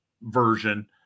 version